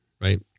right